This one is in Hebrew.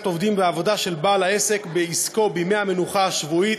עובדים ועבודה של בעל העסק בעסקו בימי המנוחה השבועית,